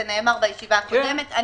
זה נאמר בישיבה הקודמת.